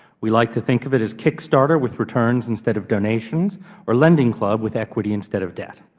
we like to think of it as kickstarter with returns instead of donations or lending club with equity instead of debt.